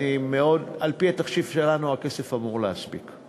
ועל-פי התחשיב שלנו הכסף אמור להספיק.